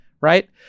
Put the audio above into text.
right